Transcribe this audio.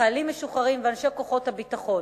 לחיילים משוחררים ולאנשי כוחות הביטחון,